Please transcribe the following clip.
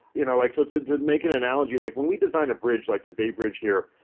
you know like so to to make an analogy, like when we design a bridge like the bay bridge here,